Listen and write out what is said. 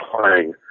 playing